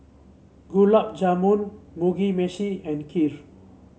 Gulab Jamun Mugi Meshi and Kheer